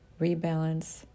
rebalance